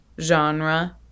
genre